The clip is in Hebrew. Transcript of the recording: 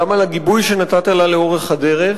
גם על הגיבוי שנתת לה לאורך הדרך